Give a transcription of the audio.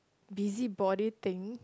busybody thing